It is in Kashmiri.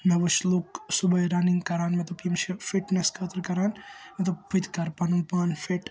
مے وُچھ لُکھ صُبحٲے رَننگ کَران مےٚ دوٚپ یِم چھ فِٹنٮ۪س خٲطرٕ کَران مےٚ دوٚپ بہٕ تہِ کَرٕ پَنُن پان فِٹ